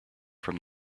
from